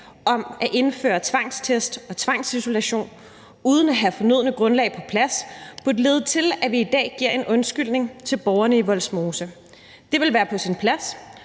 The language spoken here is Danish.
om at indføre tvangstest og tvangsisolation uden at have det fornødne grundlag på plads, burde lede til, at vi i dag giver en undskyldning til borgerne i Vollsmose. Det ville være på sin plads,